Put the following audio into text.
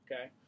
Okay